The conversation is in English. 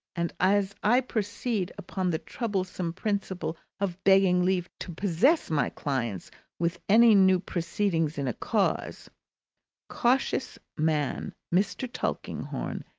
and as i proceed upon the troublesome principle of begging leave to possess my clients with any new proceedings in a cause cautious man mr. tulkinghorn,